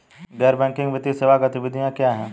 गैर बैंकिंग वित्तीय सेवा गतिविधियाँ क्या हैं?